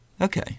Okay